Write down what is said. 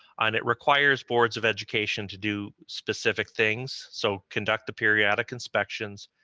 and it requires boards of education to do specific things. so conduct the periodic inspections,